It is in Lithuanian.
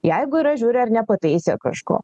jeigu yra žiūri ar nepataisė kažko